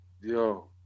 Yo